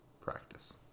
practice